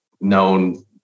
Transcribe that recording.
known